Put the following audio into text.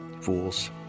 Fools